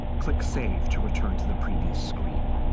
click save to return to the previous screen.